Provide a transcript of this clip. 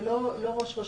זה לא ראש רשות.